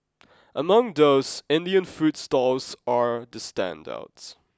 among those Indian food stalls are the standouts